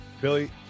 Billy